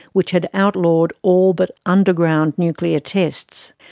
which had outlawed all but underground nuclear tests.